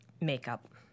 makeup